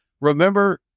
remember